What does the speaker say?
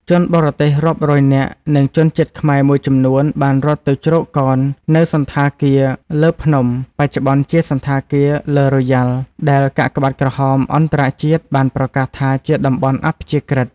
ជនបរទេសរាប់រយនាក់ និងជនជាតិខ្មែរមួយចំនួនបានរត់ទៅជ្រកកោននៅសណ្ឋាគារឡឺភ្នំ បច្ចុប្បន្នជាសណ្ឋាគារឡឺរ៉ូយ៉ាល់ ដែលកាកបាទក្រហមអន្តរជាតិបានប្រកាសថាជាតំបន់អព្យាក្រឹត។